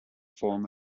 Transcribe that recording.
form